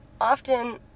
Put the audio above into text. often